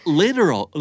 literal